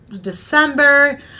December